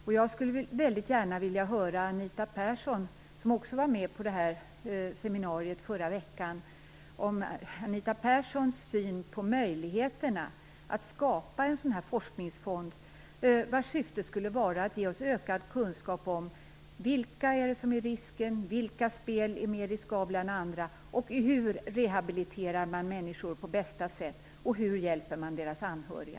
Anita Persson var också med på seminariet förra veckan. Jag skulle väldigt gärna vilja höra hennes syn på möjligheterna att skapa en forskningsfond vars syfte skulle vara att ge oss ökad kunskap om vilka det är som riskerar att bli beroende, vilka spel som är mer riskabla än andra, hur man rehabiliterar människor på bästa sätt och hur hjälper man deras anhöriga.